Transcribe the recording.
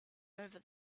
over